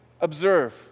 observe